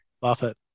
Buffett